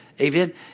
Amen